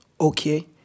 okay